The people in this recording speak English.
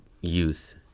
use